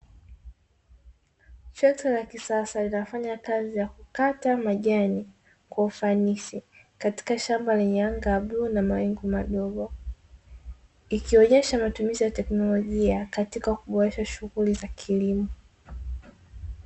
Trekta la kisasa linafanya kazi ya kukata majani kwa ufanisi katika shamba lenye anga la bluu na mawingu madogo, ikionyesha matumizi ya teknolojia katika kuboresha shughuli za kilimo.